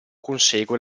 consegue